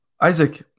Isaac